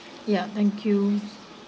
ya thank you